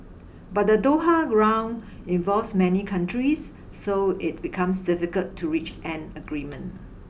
but the Doha Round involves many countries so it becomes difficult to reach an agreement